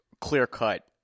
clear-cut